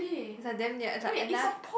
it's like damn near and I